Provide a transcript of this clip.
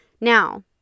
Now